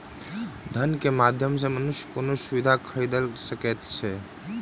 धन के माध्यम सॅ मनुष्य कोनो सुविधा खरीदल सकैत अछि